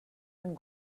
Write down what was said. and